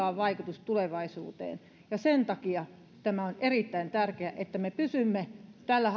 on vaikutus tulevaisuuteen ja sen takia tämä on erittäin tärkeä että me pysymme tällä